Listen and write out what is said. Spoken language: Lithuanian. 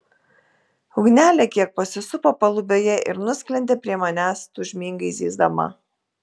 ugnelė kiek pasisupo palubėje ir nusklendė prie manęs tūžmingai zyzdama